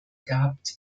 gehabt